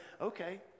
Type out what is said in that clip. okay